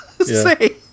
say